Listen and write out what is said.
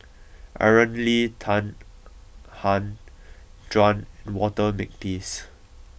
Aaron Lee Tan Han Juan and Walter Makepeace